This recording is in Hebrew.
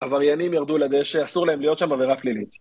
עבריינים ירדו לדשא, אסור להם להיות שם עבירה פלילית